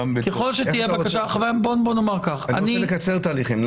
אני רוצה לקצר תהליכים.